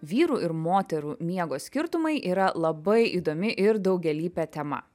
vyrų ir moterų miego skirtumai yra labai įdomi ir daugialypė tema